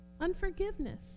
unforgiveness